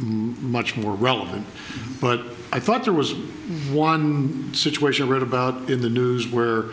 much more relevant but i thought there was one situation read about in the news where